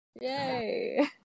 Yay